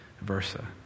versa